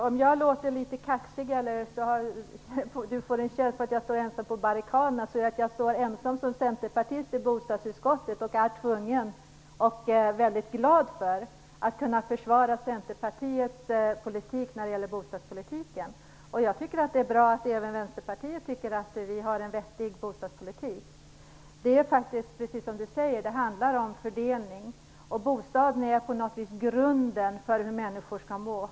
Herr talman! Owe Hellberg får en känsla av att jag står ensam på barrikaderna. Ja, om jag låter litet kaxig, så beror det kanske på att jag som ensam centerpartist i bostadsutskottet är tvungen, och det är jag också väldigt glad över, att försvara Centerpartiets bostadspolitik. Jag tycker att det är bra att även Vänsterpartiet tycker att vi har en vettig bostadspolitik. Det handlar om fördelning, precis som Owe Hellberg säger. Bostaden är på något vis grunden för hur människor skall må.